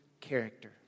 character